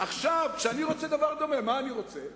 עכשיו, כשאני רוצה דבר דומה, מה אני רוצה?